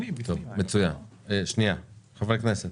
מצוין, חברי הכנסת